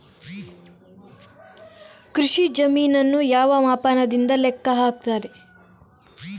ಕೃಷಿ ಜಮೀನನ್ನು ಯಾವ ಮಾಪನದಿಂದ ಲೆಕ್ಕ ಹಾಕ್ತರೆ?